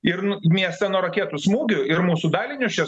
ir miestą nuo raketų smūgių ir mūsų dalinius čia